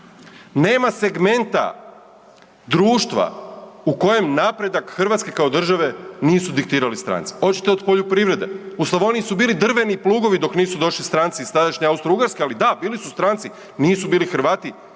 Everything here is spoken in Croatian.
Nema segmenta društva u kojem napredak Hrvatske kao države nisu diktirali stranci. Hoćete od poljoprivrede, u Slavoniji su bili drveni plugovi dok nisu došli stranci iz tadašnje Austro-Ugarske, ali da, bili su stranci, nisu bili Hrvati,